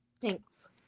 Thanks